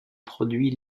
produits